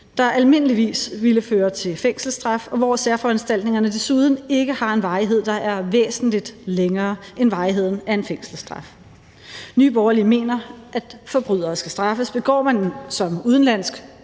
der almindeligvis ville føre til fængselsstraf, og hvor særforanstaltningerne desuden ikke har en varighed, der er væsentlig længere end varigheden af en fængselsstraf. Nye Borgerlige mener, at forbrydere skal straffes. Begår man som udenlandsk